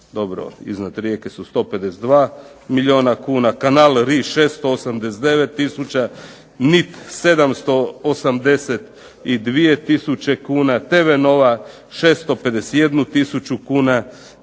iznad Rijeke su 152 tisuća kuna. "Kanal RI" 689 tisuća, "MIT" 782 tisuće kuna, "TV NOVA" 651 tisuću kuna